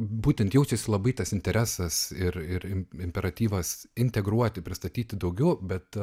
būtent jautėsi labai tas interesas ir ir imperatyvas integruoti pristatyti daugiau bet